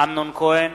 אמנון כהן,